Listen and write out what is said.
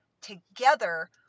together